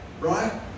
right